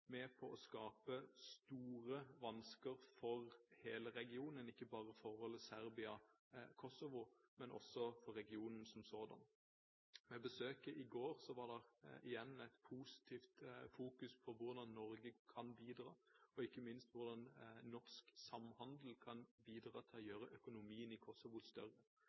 med på å skape store vansker for hele regionen, ikke bare i forholdet Serbia–Kosovo, men også for regionen som sådan. Ved besøket i går var det igjen en positiv fokusering på hvordan Norge kan bidra, og ikke minst på hvordan norsk samhandel kan bidra til å gjøre økonomien i Kosovo større.